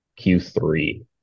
Q3